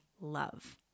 love